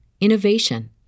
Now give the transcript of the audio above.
innovation